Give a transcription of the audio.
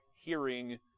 hearing